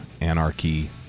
anarchy